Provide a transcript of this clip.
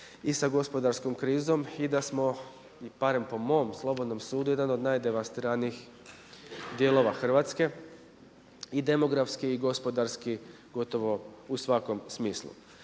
i sa gospodarskom krizom i da smo, barem po mom slobodnom sudu jedan od najdevastiranijih dijelova Hrvatske i demografski i gospodarski gotovo u svakom smislu.